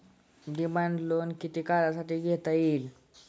Demand loan किती काळासाठी घेता येईल?